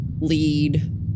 lead